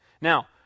Now